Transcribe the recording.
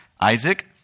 Isaac